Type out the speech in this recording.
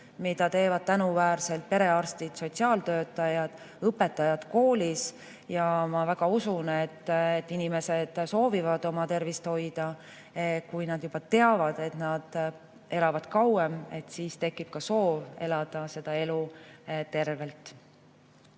mida teevad tänuväärselt perearstid, sotsiaaltöötajad ja ka õpetajad koolis. Ma väga usun, et inimesed soovivad oma tervist hoida. Kui nad teavad, et nad elavad kauem, siis tekib ka soov elada seda elu tervena.